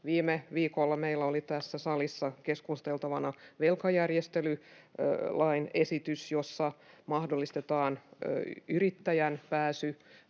Viime viikolla meillä oli tässä salissa keskusteltavana velkajärjestelylain esitys, jossa mahdollistetaan yrittäjän pääsy